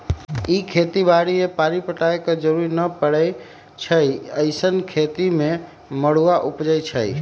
इ खेती बाड़ी में पानी पटाबे के जरूरी न परै छइ अइसँन खेती में मरुआ उपजै छइ